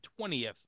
20th